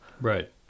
Right